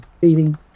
feeding